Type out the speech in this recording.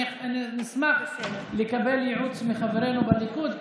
אני אשמח לקבל ייעוץ מחברינו בליכוד,